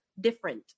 different